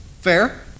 fair